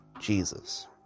Jesus